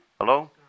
Hello